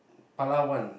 Palawan